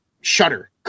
shudder